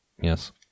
Yes